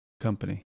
company